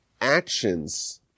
actions